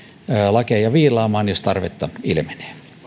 lakeja viilaamaan jos tarvetta ilmenee